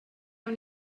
awn